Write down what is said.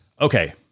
Okay